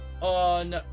on